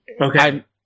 Okay